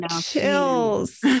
chills